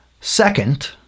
Second